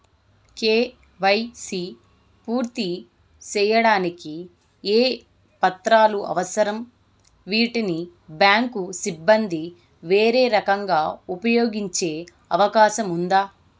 KYC పూర్తి సేయడానికి ఏ పత్రాలు అవసరం, వీటిని బ్యాంకు సిబ్బంది వేరే రకంగా ఉపయోగించే అవకాశం ఉందా?